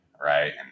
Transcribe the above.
right